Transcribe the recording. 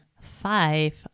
five